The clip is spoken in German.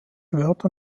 wörter